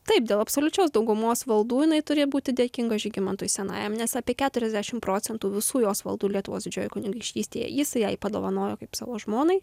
taip dėl absoliučios daugumos valdų jinai turėjo būti dėkinga žygimantui senajam nes apie keturiasdešimt procentų visų jos valdų lietuvos didžiojoj kunigaikštystėje jis jai padovanojo kaip savo žmonai